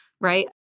right